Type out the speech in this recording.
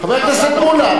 חבר הכנסת מולה,